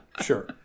Sure